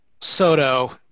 Soto